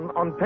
on